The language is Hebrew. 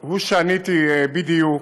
הוא שעניתי בדיוק.